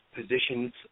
positions